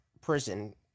prison